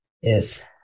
Yes